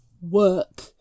work